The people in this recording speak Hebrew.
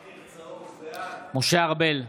בעד משה ארבל,